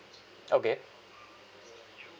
okay